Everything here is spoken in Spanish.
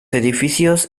edificios